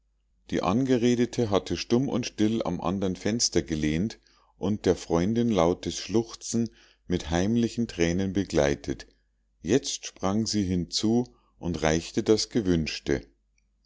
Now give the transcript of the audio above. die angeredete hatte stumm und still am andern fenster gelehnt und der freundin lautes schluchzen mit heimlichen thränen begleitet jetzt sprang sie hinzu und reichte das gewünschte